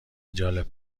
جالب